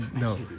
no